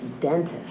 dentist